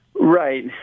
Right